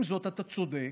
עם זאת, אתה צודק,